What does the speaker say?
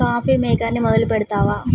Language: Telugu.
కాఫీ మేకర్ని మొదలుపెడతావా